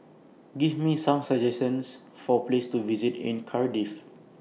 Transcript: Give Me Some suggestions For Places to visit in Cardiff